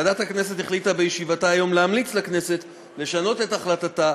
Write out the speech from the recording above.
ועדת הכנסת החליטה בישיבתה היום להמליץ לכנסת לשנות את החלטתה